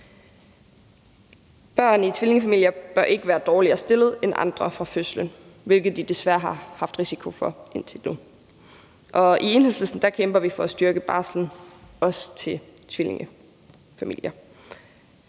Børn i tvillingefamilier bør ikke være dårligere stillet end andre fra fødslen, hvilket de desværre har haft risiko for indtil nu. I Enhedslisten kæmper vi for at styrke barslen også til tvillingefamilier.